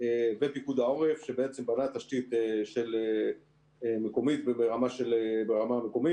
ופיקוד העורף שבעצם בנה תשתית מקומית וברמה המקומית,